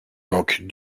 manque